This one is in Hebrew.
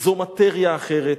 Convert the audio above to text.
זה מאטריה אחרת,